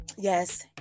yes